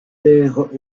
taire